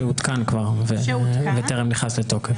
שכבר עודכן בטרם נכנס לתוקף.